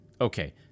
Okay